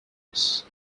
this